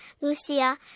Lucia